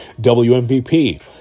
WMVP